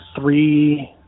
three